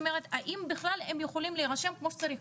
האם בכלל הם יכולים להירשם כמו שצריך.